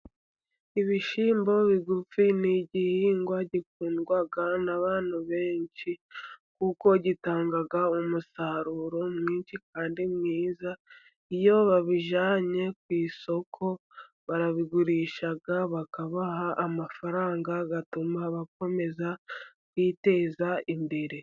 Ibishyimbo bigufi ni igihingwa gikundwa n'abantu benshi, kuko gitanga umusaruro mwinshi kandi mwiza. Iyo babijyanye ku isoko barabigurisha, bakabaha amafaranga atuma bakomeza kwiteza imbere.